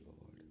Lord